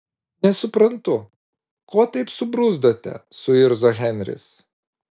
nesuprantu ko taip subruzdote suirzo henris